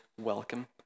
welcome